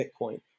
Bitcoin